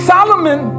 Solomon